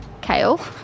kale